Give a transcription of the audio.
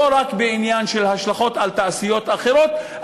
לא רק בעניין של השלכות על תעשיות אחרות,